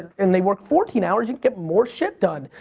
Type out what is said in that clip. and they work fourteen hours, you can get more shit done.